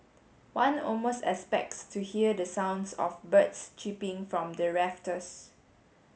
one almost expects to hear the sounds of birds chirping from the rafters